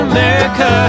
America